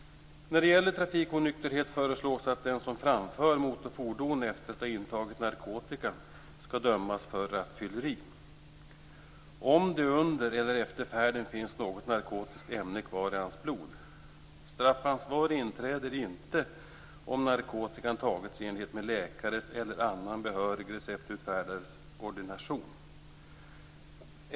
När det gäller trafikonykterhet föreslås att den som framför motorfordon efter att ha intagit narkotika skall dömas för rattfylleri, om det under eller efter färden finns något narkotiskt ämne kvar i hans blod. Straffansvar inträder inte om narkotikan tagits i enlighet med läkares eller annan behörig receptutfärdares ordination.